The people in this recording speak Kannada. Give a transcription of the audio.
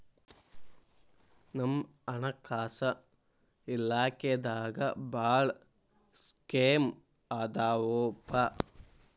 ನಮ್ ಹಣಕಾಸ ಇಲಾಖೆದಾಗ ಭಾಳ್ ಸ್ಕೇಮ್ ಆದಾವೊಪಾ